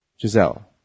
Giselle